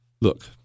Look